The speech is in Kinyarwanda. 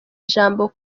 ijambo